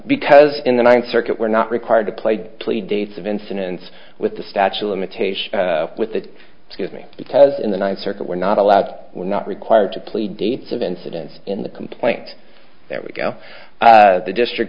because in the ninth circuit we're not required to play by play dates of incidents with the statue of limitation with the give me because in the ninth circuit we're not allowed we're not required to plea dates of incidents in the complaint that we go the district